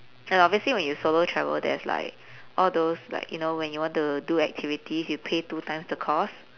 and obviously when you solo travel there's like all those like you know when you want to do activities you pay two times the cost